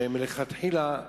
שהן מלכתחילה,